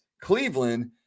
Cleveland